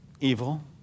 Evil